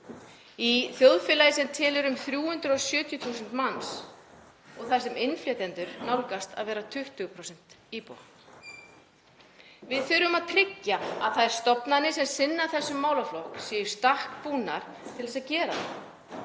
í þjóðfélagi sem telur um 370.000 manns þar sem innflytjendur nálgast það að vera 20% íbúa. Við þurfum að tryggja að þær stofnanir sem sinna þessum málaflokki séu í stakk búnar til að gera það